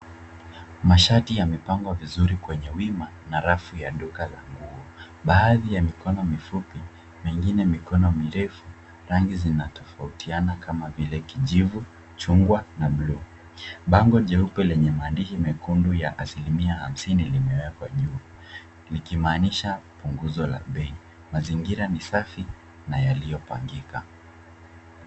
Mashati yamepangwa vizuri kwenye wima na rafu ya duka la nguo, baadhi ya mikono mifupi mingine mikono mirefu rangi zinatofautiana kama vile kijivu, chungwa na bluu. Bango jeupe lenye maandishi mekundu ya 50% limewekwa juu likimaanisha punguzo la bei. Mazingira ni safi na yaliyopangika.